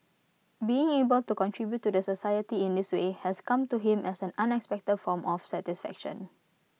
being able to contribute to the society in this way has come to him as an unexpected form of satisfaction